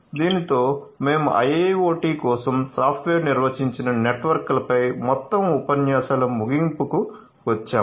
దీనితో మేము IIoT కోసం సాఫ్ట్వేర్ నిర్వచించిన నెట్వర్క్లపై మొత్తం ఉపన్యాసాల ముగింపుకు వచ్చాము